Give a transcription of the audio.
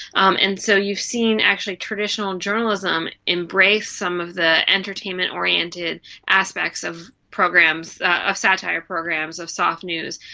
um and so you've seen actually traditional journalism embrace some of the entertainment oriented aspects of programs, of satire programs, of soft news.